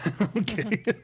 Okay